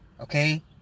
okay